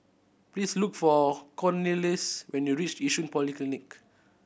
please look for Cornelius when you reach Yishun Polyclinic